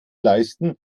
leisten